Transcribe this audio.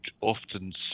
often